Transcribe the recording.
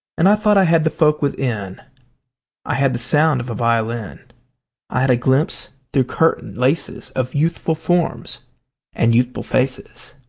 and i thought i had the folk within i had the sound of a violin i had a glimpse through curtain laces of youthful forms and youthful faces.